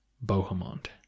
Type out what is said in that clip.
Bohemond